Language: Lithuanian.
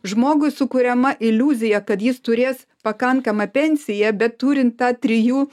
žmogui sukuriama iliuzija kad jis turės pakankamą pensiją bet turint tą trijų